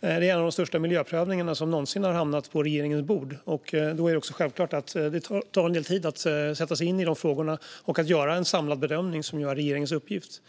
Vidare är det en av de största miljöprövningarna som någonsin har hamnat på regeringens bord. Då är det också självklart att det tar tid att sätta sig in i frågorna och göra en samlad bedömning, som ju är regeringens uppgift.